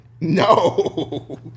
No